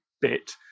bit